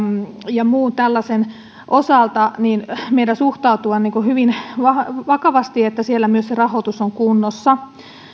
ja muun tällaisen osalta meidän suhtautua hyvin vakavasti että siellä myös se rahoitus on kunnossa